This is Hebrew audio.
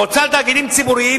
המועצה לתאגידים ציבוריים,